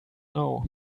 know